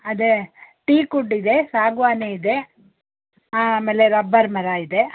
ಅದೇ teak wood ಇದೆ ಸಾಗುವಾನಿ ಇದೆ ಆಮೇಲೆ ರಬ್ಬರ್ ಮರ ಇದೆ